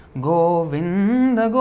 Govinda